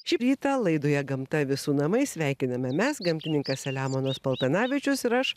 šį rytą laidoje gamta visų namai sveikiname mes gamtininkas selemonas paltanavičius ir aš